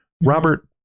Robert